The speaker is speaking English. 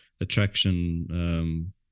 attraction